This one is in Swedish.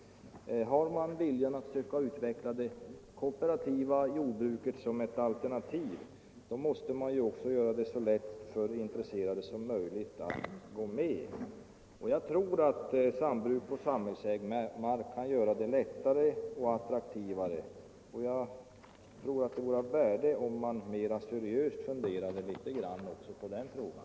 Har man viljan att söka utveckla det kooperativa jordbruket som ett alternativ, då måste man också göra det så lätt som möjligt för intresserade att gå med. Sambruk på samhällsägd mark kan göra det lättare och mera attraktivt, och jag tror att det vore av värde om man mera seriöst funderade också på den frågan.